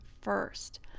first